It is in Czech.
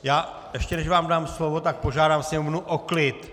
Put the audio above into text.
Já ještě než vám dám slovo, tak požádám sněmovnu o klid!